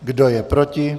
Kdo je proti?